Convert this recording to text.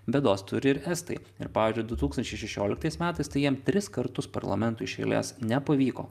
bėdos turi ir estai ir pavyzdžiui du tūkstančiai šešioliktais metais tai jiem tris kartus parlamentui iš eilės nepavyko